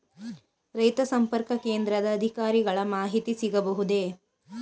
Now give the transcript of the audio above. ರೈತ ಸಂಪರ್ಕ ಕೇಂದ್ರದ ಅಧಿಕಾರಿಗಳ ಮಾಹಿತಿ ಸಿಗಬಹುದೇ?